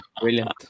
Brilliant